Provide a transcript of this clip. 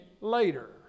later